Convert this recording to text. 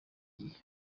gihe